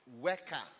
worker